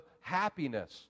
happiness